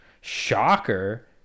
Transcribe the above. shocker